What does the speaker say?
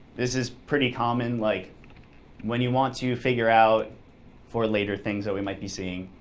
this is pretty common, like when you want to figure out for later things that we might be seeing,